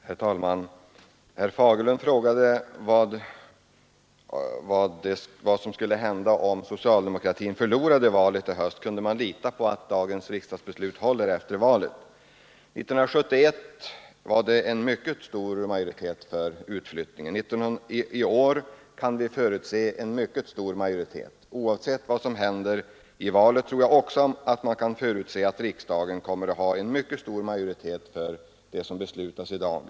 Herr talman! Herr Fagerlund frågade mig vad som skulle hända om socialdemokratin förlorade valet i höst. Kunde man lita på att dagens riksdagsbeslut håller efter valet? År 1971 var det en mycket stor majoritet för utflyttningen. I år kan vi förutse en mycket stor majoritet. Oavsett vad som händer i valet tror jag också att man kan förutse att riksdagen kommer att ha en mycket stor majoritet för det som beslutas i dag.